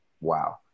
wow